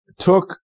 took